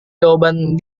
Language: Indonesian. jawaban